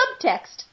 Subtext